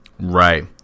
Right